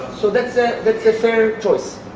so that's a, that's a fair choice.